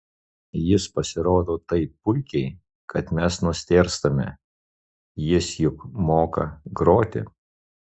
jis pasirodo taip puikiai kad mes nustėrstame jis juk moka groti